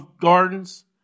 gardens